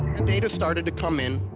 and data started to come in,